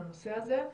על הנושא הזה,